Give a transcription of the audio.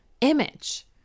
image